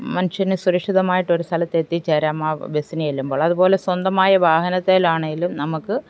മനുഷ്യന് സുരക്ഷിതമായിട്ടൊരു സ്ഥലത്തെത്തി ചേരാമാ ബസ്സിനു ചെല്ലുമ്പോൾ അതുപോലെ സ്വന്തമായ വാഹനത്തേലാണെങ്കിലും നമുക്ക്